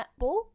Netball